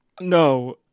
No